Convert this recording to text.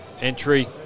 entry